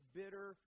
bitter